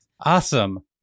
Awesome